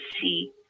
see